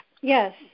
Yes